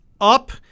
up